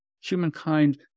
humankind